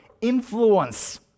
influence